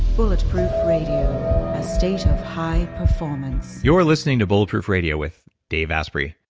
bulletproof radio, a state of high performance you're listening to bulletproof radio with dave asprey.